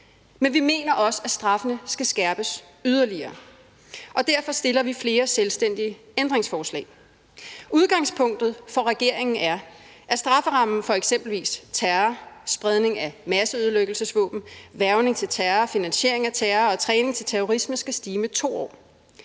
Men vi mener også, at straffene skal skærpes yderligere, og derfor stiller vi flere selvstændige ændringsforslag. Udgangspunktet for regeringen er, at strafferammen for eksempelvis terror, spredning af masseødelæggelsesvåben, hvervning til terror, finansiering af terror og træning til terrorisme skal stige med 2 år.